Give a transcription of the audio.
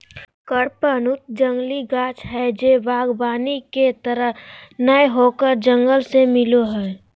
कडपहनुत जंगली गाछ हइ जे वागबानी के तरह नय होकर जंगल से मिलो हइ